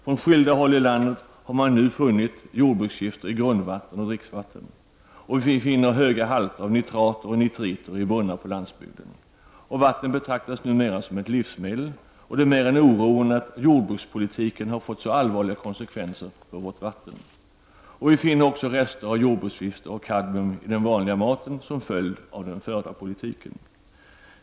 Från skilda håll i landet har man nu funnit jordbruksgifter i grundvatten och dricksvatten. Vi finner höga halter av nitrater och nitriter i brunnar på landsbygden. Vatten betraktas numera som ett livsmedel, och det är mer än oroande att jordbrukspolitiken har fått så allvarliga konsekvenser för vårt vatten. Vi finner också rester av jordbruksgifter och kadmium i den vanliga maten som en följd av den förda politiken.